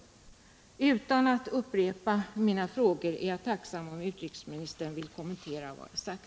Utan att upprepa mina frågor är jag tacksam om utrikesministern vill kommentera vad jag sagt.